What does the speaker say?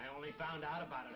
i only found out about it